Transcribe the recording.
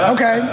Okay